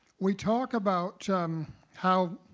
we talk about um how